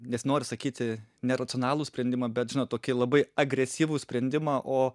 nesinori sakyti neracionalų sprendimą bet žinot tokį labai agresyvų sprendimą o